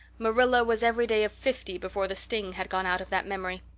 marilla was every day of fifty before the sting had gone out of that memory.